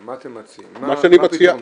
מציע, מה אתם מציעים, מה הפתרון לזה?